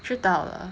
知道了